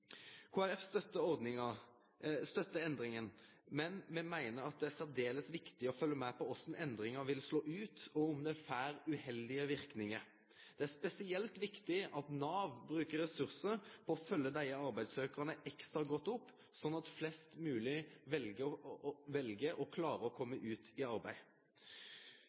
Folkeparti støttar endringa, men me meiner at det er særs viktig å følgje med på korleis endringa vil slå ut, og om ho får uheldige verknader. Det er spesielt viktig at Nav brukar ressursar på å følgje desse arbeidssøkjarane godt opp, slik at flest mogleg vel å klare å kome ut i arbeid.